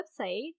website